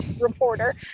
reporter